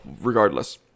regardless